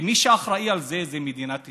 מי שאחראי על זה זאת מדינת ישראל.